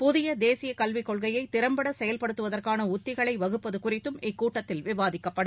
புதிய தேசிய கல்விக் கொள்கையை திறம்பட செயல்படுத்துவதற்கான உக்திகளை வகுப்பது குறித்தும் இக்கூட்டத்தில் விவாதிக்கப்படும்